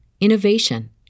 innovation